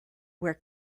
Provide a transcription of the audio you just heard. where